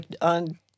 on